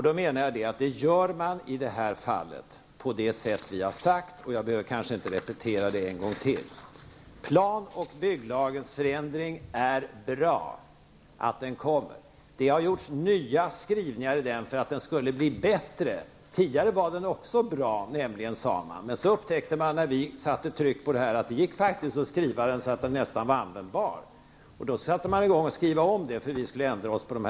Det gör vi i Ny Demokrati på det sätt som jag har beskrivit. Det är bra att det sker en förändring av plan och bygglagen. Det har gjorts nya skrivningar i den lagen för att göra den bättre. Det har sagts att den nuvarande lagen är bra, men när vi tryckte på och sade att det måste ske förändringar i lagen, så fann man att det faktiskt gick att skriva om lagen så att den nästan blev användbar.